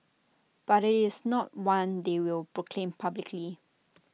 but IT is not one they will proclaim publicly